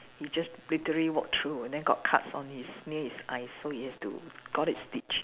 he just literally walk through and then got cuts on his knees I so he has to got it stitched